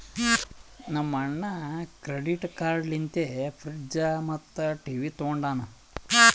ನಮ್ ಅಣ್ಣಾ credit card ಲಿಂತೆ ಫ್ರಿಡ್ಜ್ ಮತ್ತ ಟಿವಿ ತೊಂಡಾನ